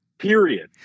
period